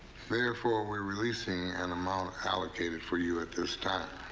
therefore, we are releasing an amount allocated for you at this time.